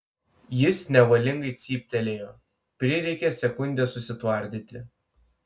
jis nevalingai cyptelėjo prireikė sekundės susitvardyti